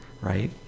right